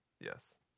Yes